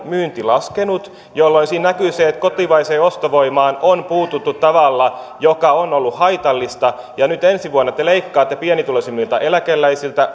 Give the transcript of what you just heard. myynti laskenut jolloin siinä näkyy se että kotimaiseen ostovoimaan on puututtu tavalla joka on ollut haitallista nyt ensi vuonna te leikkaatte pienituloisimmilta eläkeläisiltä